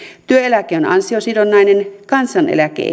työeläke on ansiosidonnainen kansaneläke